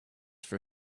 for